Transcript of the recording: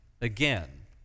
again